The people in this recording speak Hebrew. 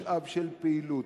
משאב של פעילות,